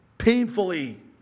painfully